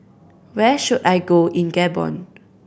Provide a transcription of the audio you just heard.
where should I go in Gabon